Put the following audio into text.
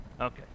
Okay